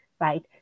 right